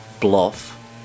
bluff